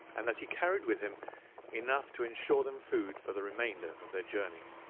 and that he carried with him enough to ensure them food for the remainder of their journey.